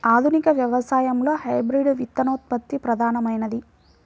ఆధునిక వ్యవసాయంలో హైబ్రిడ్ విత్తనోత్పత్తి ప్రధానమైనది